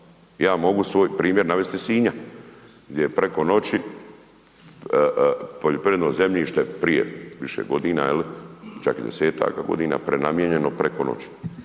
Ja mogu svoj primjer navesti iz Sinja gdje je preko noći poljoprivredno zemljište prije više godina, čak i 10-ak godina prenamijenjeno preko noći